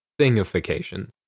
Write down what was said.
thingification